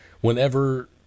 whenever